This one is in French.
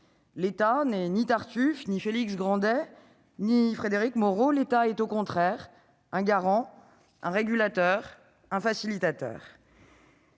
L'État n'est ni Tartuffe, ni Félix Grandet, ni Frédéric Moreau : il est au contraire un garant, un régulateur, un facilitateur.